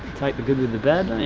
take the good with the bad.